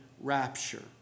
rapture